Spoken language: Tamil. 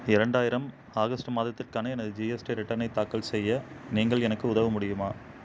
இரண்டாயிரம் ஆகஸ்ட் மாதத்திற்கான எனது ஜிஎஸ்டி ரிட்டர்னை தாக்கல் செய்ய நீங்கள் எனக்கு உதவ முடியுமா